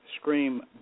scream